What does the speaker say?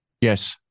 Yes